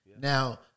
Now